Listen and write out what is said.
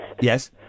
Yes